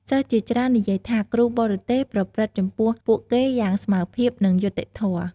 សិស្សជាច្រើននិយាយថាគ្រូបរទេសប្រព្រឹត្តចំពោះពួកគេយ៉ាងស្មើភាព និងយុត្តិធម៌។